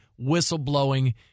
whistleblowing